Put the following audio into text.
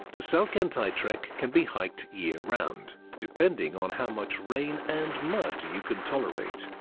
the salkantay trek can be hiked year round, depending on how much rain and mud you can tolerate.